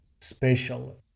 special